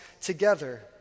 together